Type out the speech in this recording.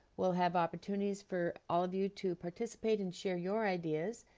we'll have opportunities for all of you to participate and share your ideas.